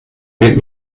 wird